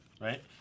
Right